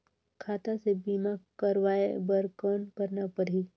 खाता से बीमा करवाय बर कौन करना परही?